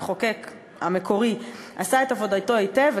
המחוקק המקורי עשה את עבודתו היטב,